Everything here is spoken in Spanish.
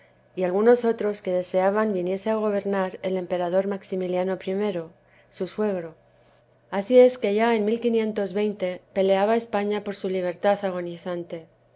y algunos otros que deseaban viniese á gobernar el emperador maximiliano i su suegro asi es que ya en peleaba la españa por su libertad agonizante